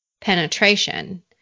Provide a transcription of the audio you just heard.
penetration